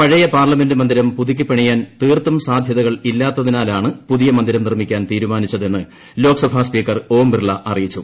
പഴയ പാർലമെന്റ് മന്ദിരം പുതുക്കി പണിയാൻ തീർത്തും സാദ്ധ്യതകൾ ഇല്ലാത്തതിനാലാണ് പുതിയ മന്ദിരം നിർമിക്കാൻ തീരുമാനിച്ചതെന്ന് ലോക്സഭ സ്പീക്കർ ഓം ബിർള അറിയിച്ചു